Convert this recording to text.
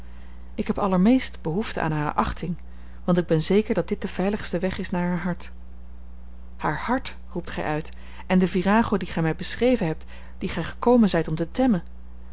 ik heb allermeest behoefte aan hare achting want ik ben zeker dat dit de veiligste weg is naar haar hart haar hart roept gij uit en de virago die gij mij beschreven hebt die gij gekomen zijt om te temmen